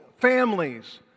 families